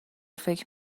فکر